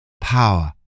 power